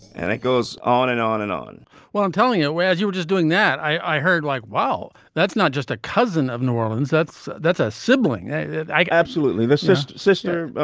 and it goes on and on and on well i'm telling you. whereas you were just doing that. i heard like wow that's not just a cousin of new orleans that's that's a sibling a sibling absolutely. that's just sister. ah